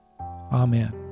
Amen